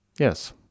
Yes